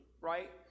right